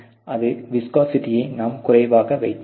அதன் விஸ்கோசிட்டியை நாம் குறைவாக வைக்க வேண்டும்